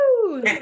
Woo